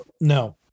No